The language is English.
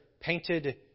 painted